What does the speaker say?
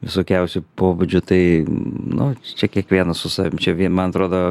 visokiausio pobūdžio tai nu čia kiekvienas su savim čia vien man atrodo